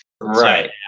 right